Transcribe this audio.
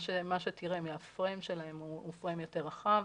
מה שתראה מהפריים שלהם הוא פריים יותר רחב,